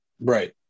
Right